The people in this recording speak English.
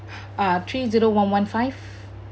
uh three zero one one five